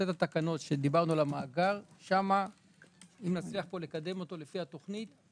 עשרת התקנות שבהן דיברנו על המאגר אם נצליח לקדם אותו לפי התכנית,